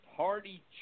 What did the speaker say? Party